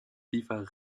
tiefer